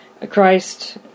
Christ